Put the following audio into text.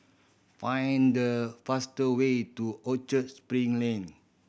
find the faster way to Orchard Spring Lane